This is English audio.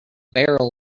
barrel